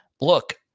look